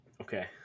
Okay